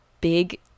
big